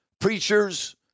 preachers